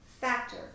factor